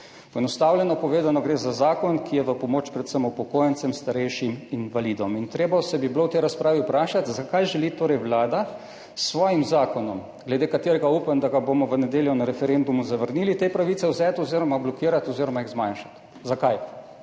Poenostavljeno povedano, gre za zakon, ki je v pomoč predvsem upokojencem, starejšim in invalidom. V tej razpravi bi se bilo treba vprašati, zakaj želi Vlada s svojim zakonom, za katerega upam, da ga bomo v nedeljo na referendumu zavrnili, te pravice vzeti oziroma blokirati oziroma jih zmanjšati. Zakaj?